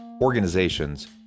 organizations